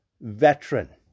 veteran